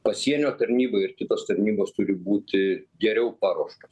pasienio tarnybai ir kitos tarnybos turi būti geriau paruoštos